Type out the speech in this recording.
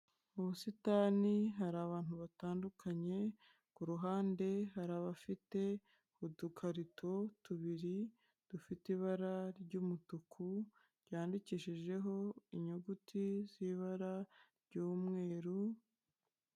Mu busitani hari abantu batandukanye, ku ruhande hari abafite udukarito tubiri dufite ibara ry'umutuku ryandikishijeho inyuguti z'ibara ry'umweru.